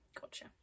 Gotcha